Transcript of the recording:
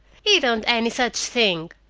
you don't any such thing!